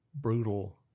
brutal